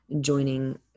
joining